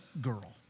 girl